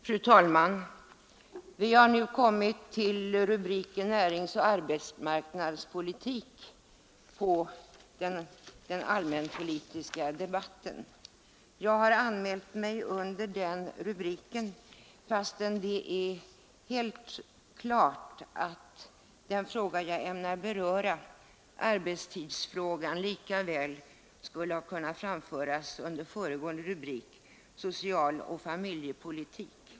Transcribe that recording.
Fru talman! Vi har nu kommit till rubriken Näringsoch arbetsmarknadspolitik under den allmänpolitiska debatten. Jag har anmält mig att tala under den rubriken, fastän det är helt klart att den fråga jag ämnar beröra, arbetstidsfrågan, lika väl skulle ha kunnat läggas under föregående rubrik, Socialoch familjepolitik.